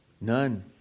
None